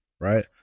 right